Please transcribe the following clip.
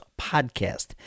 podcast